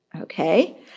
Okay